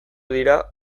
dira